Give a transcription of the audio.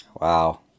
Wow